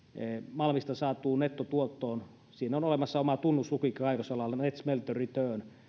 malmista saatuun nettotuottoon siihen on olemassa oma tunnuslukukin kaivosalalla net smelter return